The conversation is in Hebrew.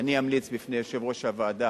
אני אמליץ בפני יושב-ראש הוועדה,